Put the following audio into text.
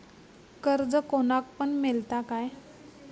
कर्ज कोणाक पण मेलता काय?